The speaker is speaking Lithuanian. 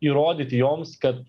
įrodyti joms kad